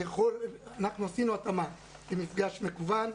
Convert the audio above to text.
שאנחנו עשינו התאמה למפגש מקוון,